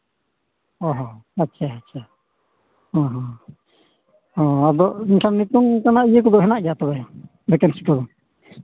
ᱚ ᱦᱚᱸ ᱟᱪᱪᱷᱟ ᱟᱪᱪᱷᱟ ᱚ ᱦᱚᱸ ᱟᱫᱚ ᱱᱤᱛᱚᱝ ᱚᱱᱠᱟᱱᱟᱜ ᱤᱭᱟᱹ ᱠᱚᱫᱚ ᱢᱮᱱᱟᱜ ᱜᱮᱭᱟ ᱛᱚᱵᱮ ᱵᱷᱮᱠᱮᱱᱥᱤ ᱠᱚ